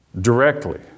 Directly